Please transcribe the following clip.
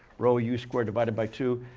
row u score divided by two.